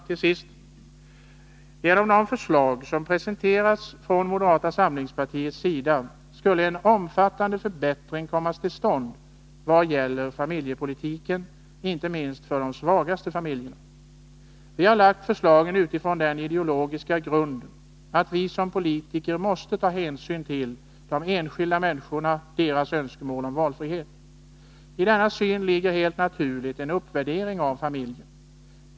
Till sist: Genom de förslag som presenterats från moderata samlingspartiets sida skulle en omfattande förbättring komma till stånd vad gäller familjepolitiken — inte minst för de svagaste familjerna. Vi har lagt fram förslagen utifrån den ideologiska grunden att vi som politiker måste ta hänsyn till de enskilda människorna och deras önskemål om valfrihet. I denna syn ligger helt naturligt en uppvärdering av familjen.